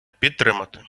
підтримати